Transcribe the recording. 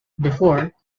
before